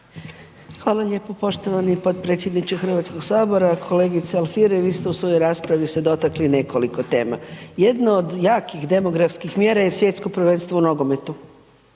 Hvala lijepo poštovani potpredsjedniče Hrvatskog sabora, kolegice Alfirev vi ste u svojoj raspravi dotakli se nekoliko tema. Jedno od jakih demografskih mjera je Svjetsko prvenstvo u nogometu,